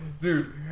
dude